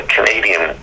Canadian